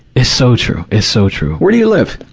it's so true. it's so true. where do you live?